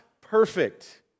perfect